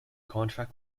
contract